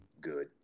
good